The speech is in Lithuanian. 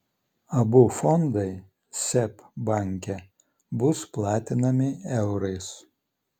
abu fondai seb banke bus platinami eurais